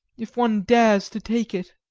if one dares to take it.